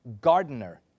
gardener